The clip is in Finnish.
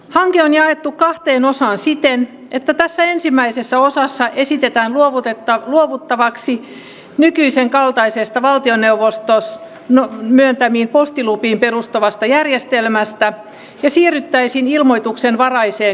hanke on jaettu kahteen osaan siten että tässä ensimmäisessä osassa esitetään luovuttavaksi nykyisen kaltaisesta valtioneuvoston myöntämiin postilupiin perustuvasta järjestelmästä ja siirryttäisiin ilmoituksenvaraiseen järjestelmään